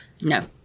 No